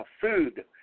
food